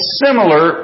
similar